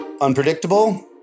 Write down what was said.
unpredictable